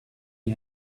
you